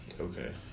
Okay